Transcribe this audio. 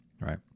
right